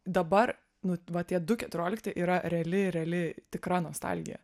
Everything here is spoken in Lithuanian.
dabar nu va tie du keturiolikti yra reali reali tikra nostalgija